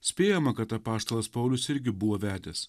spėjama kad apaštalas paulius irgi buvo vedęs